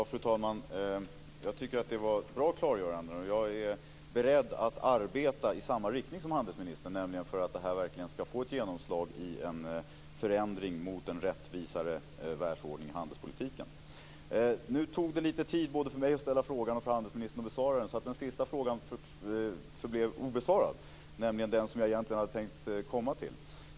Fru talman! Jag tycker att det var ett bra klargörande. Jag är beredd att arbeta i samma riktning som handelsministern, nämligen för att detta verkligen ska få ett genomslag i en förändring mot en rättvisare världsordning på handelsområdet. Det tog lite tid för mig att ställa min första fråga och för handelsministern att besvara den, och därför blev min andra fråga obesvarad.